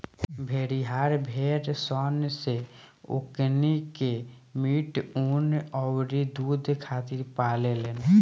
भेड़िहार भेड़ सन से ओकनी के मीट, ऊँन अउरी दुध खातिर पाले लेन